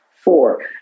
Four